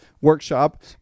workshop